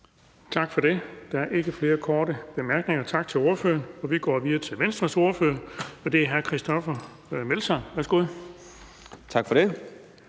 Bonnesen): Der er ikke flere korte bemærkninger. Tak til ordføreren. Vi går videre til Venstres ordfører, og det er hr. Christoffer Aagaard Melson. Værsgo. Kl.